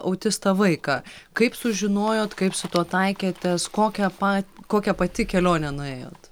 autistą vaiką kaip sužinojot kaip su tuo taikėtės kokią pa kokią pati kelionę nuėjot